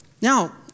Now